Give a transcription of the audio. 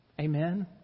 Amen